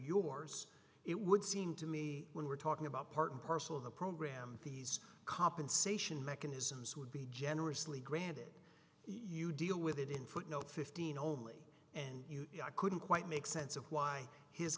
yours it would seem to me when we're talking about part and parcel of the program these compensation mechanisms would be generously granted you deal with it in footnote fifteen ollie and i couldn't quite make sense of why his